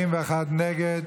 41 נגד.